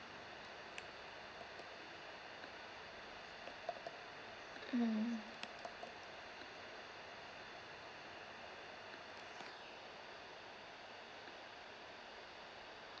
mm